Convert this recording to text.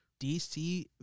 DC